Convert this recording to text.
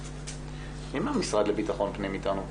מי נמצא איתנו מהמשרד לביטחון פנים?